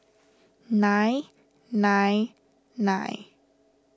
nine nine nine